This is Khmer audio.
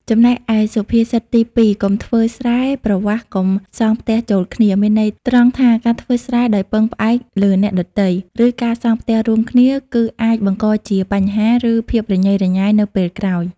ចំណែកឯសុភាសិតទី២ "កុំធ្វើស្រែប្រវាស់កុំសង់ផ្ទះចូលគ្នា" មានន័យត្រង់ថា ការធ្វើស្រែដោយពឹងផ្អែកលើអ្នកដទៃ ឬការសង់ផ្ទះរួមគ្នា គឺអាចបង្កជាបញ្ហា ឬភាពរញ៉េរញ៉ៃនៅពេលក្រោយ។